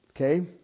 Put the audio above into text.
Okay